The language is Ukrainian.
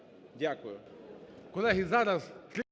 Дякую.